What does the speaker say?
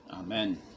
Amen